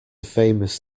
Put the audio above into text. famous